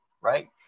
right